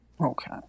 Okay